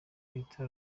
bita